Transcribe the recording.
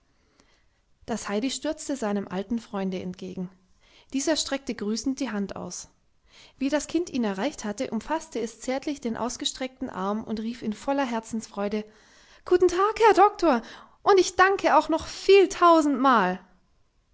das heidi stürzte seinem alten freunde entgegen dieser streckte grüßend die hand aus wie das kind ihn erreicht hatte umfaßte es zärtlich den ausgestreckten arm und rief in voller herzensfreude guten tag herr doktor und ich danke auch noch vieltausendmal